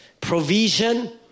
Provision